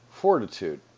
fortitude